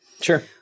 Sure